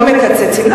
לא מקצצים,